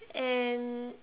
and